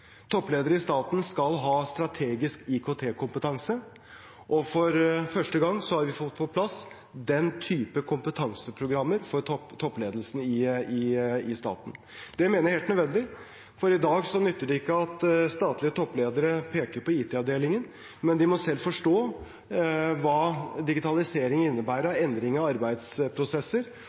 toppledere i staten. Toppledere i staten skal ha strategisk IKT-kompetanse, og for første gang har vi fått på plass den type kompetanseprogrammer for toppledelsen i staten. Det mener jeg er helt nødvendig, for i dag nytter det ikke at statlige toppledere peker på IT-avdelingen, de må selv forstå hva digitalisering innebærer av endring av arbeidsprosesser, og forstå at utgifter i